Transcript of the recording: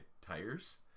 tires